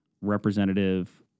representative